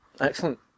Excellent